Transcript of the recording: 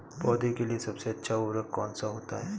पौधे के लिए सबसे अच्छा उर्वरक कौन सा होता है?